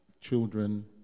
children